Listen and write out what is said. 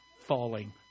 falling